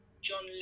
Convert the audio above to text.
John